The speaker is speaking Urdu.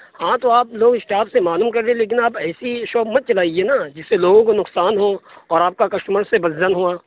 ہاں تو آپ لوگ اشٹاف سے معلوم کرلیں لیکن آپ ایسی شاپ مت چلائیے نہ جس سے لوگوں کو نقصان ہو اور آپ کا کشٹمر اس سے بدظن ہوا